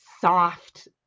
soft